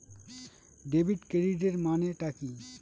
Debit ক্রেডিটের মানে টা কি?